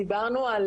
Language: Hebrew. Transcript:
דיברנו על